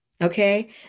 okay